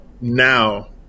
now